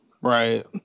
Right